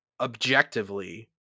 Objectively